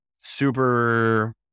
super